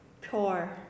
Pure